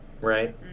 Right